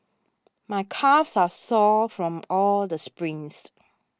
my calves are sore from all the sprints